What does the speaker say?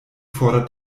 fordert